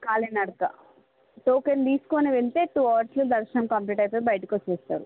కాలినడక token తీసుకుని వెళితే two హావర్స్లో దర్శనం కంప్లీట్ అయిపోయి బయటకి వస్తారు